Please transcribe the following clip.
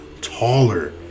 taller